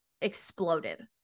exploded